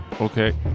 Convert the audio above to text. Okay